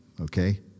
Okay